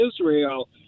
israel